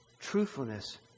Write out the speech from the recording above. Truthfulness